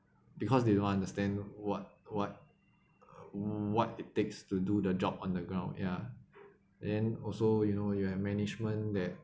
because they don't understand what what what it takes to do the job on the ground ya then also you know you have management that